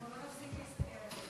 אנחנו לא נפסיק להסתכל עליהם,